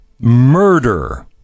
Murder